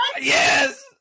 Yes